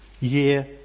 year